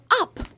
up